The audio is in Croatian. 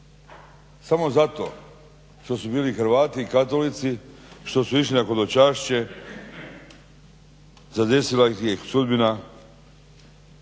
Samo zato što su bili Hrvati i katolici što su išli na hodočašće zadesila ih je sudbina